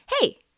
hey